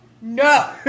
no